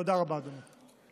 תודה רבה, אדוני.